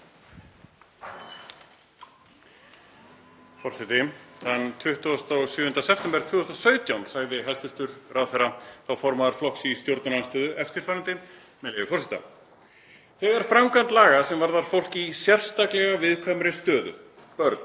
Þegar framkvæmd laga sem varðar fólk í sérstaklega viðkvæmri stöðu, börn,